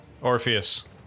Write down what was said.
Orpheus